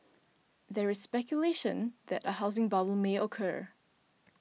there is speculation that a housing bubble may occur